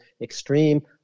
extreme